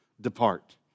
depart